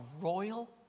royal